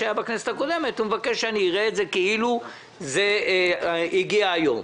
ההעברות שהיו בכנסת הקודמת אראה כאילו הן הגיעו היום.,